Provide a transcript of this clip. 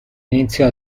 iniziò